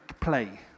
play